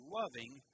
loving